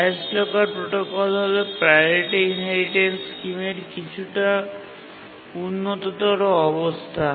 highest locker protocol হল priority inheritance স্কিমের কিছুটা উন্নততর অবস্থা